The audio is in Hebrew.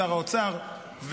שר האוצר,